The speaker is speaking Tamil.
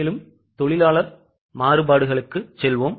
இப்போது தொழிலாளர் மாறுபாடுகளுக்கு செல்வோம்